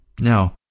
Now